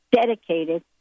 dedicated